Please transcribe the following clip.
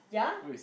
ya